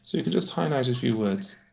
so you can just highlight a few words,